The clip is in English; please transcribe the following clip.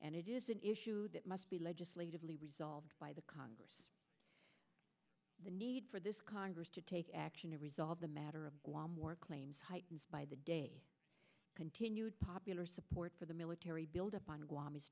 and it is an issue that must be legislatively resolved by the congress the need for this congress to take action to resolve the matter of law more claims heightens by the day continued popular support for the military buildup on guam is